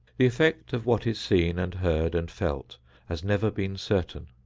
the effect of what is seen and heard and felt has never been certain.